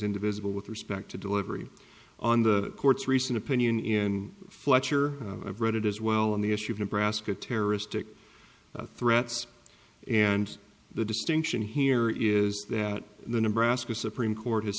indivisible with respect to delivery on the court's recent opinion in fletcher i've read it as well on the issue of nebraska terroristic threats and the distinction here is that the nebraska supreme court has